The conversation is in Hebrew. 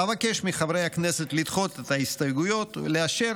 אבקש מחברי הכנסת לדחות את ההסתייגות ולאשר